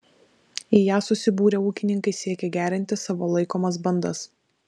į ją susibūrę ūkininkai siekia gerinti savo laikomas bandas